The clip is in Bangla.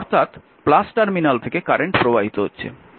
অর্থাৎ টার্মিনাল থেকে কারেন্ট প্রবাহিত হচ্ছে